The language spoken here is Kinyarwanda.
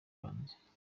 hanze